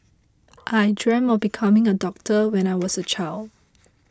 I dreamed of becoming a doctor when I was a child